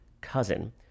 cousin